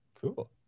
cool